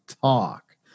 talk